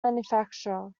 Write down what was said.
manufacture